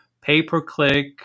pay-per-click